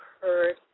heard